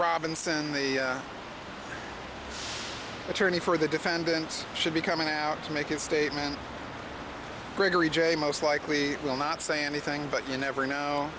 robinson the attorney for the defendant should be coming out to make a statement gregory j most likely will not say anything but you never know